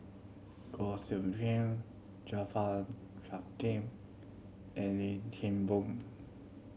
Goh Soo Khim Jaafar Latiff and Lim Kim Boon